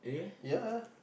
ya